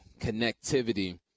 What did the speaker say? connectivity